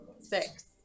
six